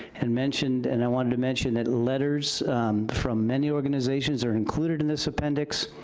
and mentioned, and i wanted to mention that letters from many organizations are included in this appendix.